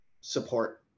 support